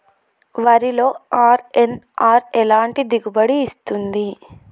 వరిలో అర్.ఎన్.ఆర్ ఎలాంటి దిగుబడి ఇస్తుంది?